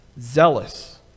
zealous